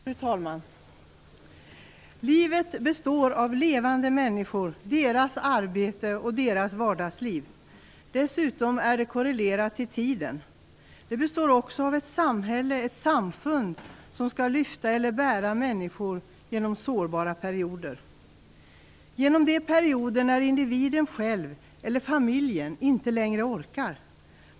Fru talman! Livet består av levande människor, deras arbete och deras vardagsliv. Dessutom är det korrelerat i tiden. Det består också av ett samhälle, ett samfund, som skall lyfta eller bära människor genom sårbara perioder, genom de perioder när individen själv eller familjen inte längre orkar.